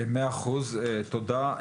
מאה אחוז, תודה.